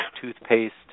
toothpaste